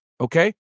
Okay